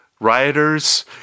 rioters